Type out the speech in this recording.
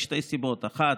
משתי סיבות: אחת,